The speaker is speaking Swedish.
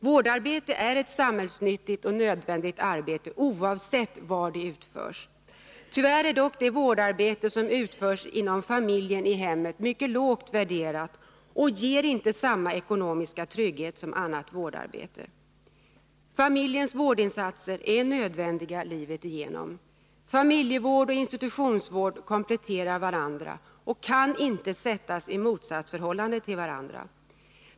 Vårdarbete är ett samhällsnyttigt och nödvändigt arbete oavsett var det utförs. Tyvärr är dock det vårdarbete som utförs inom familjen i hemmet mycket lågt värderat och ger inte samma ekonomiska trygghet som annat vårdarbete. Familjens vårdinsatser är nödvändiga livet igenom. Familjevård och institutionsvård kompletterar varandra och kan inte sättas i motsatsförhål lande till varandra.